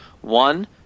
one